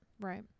Right